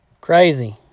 crazy